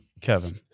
Kevin